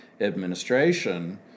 administration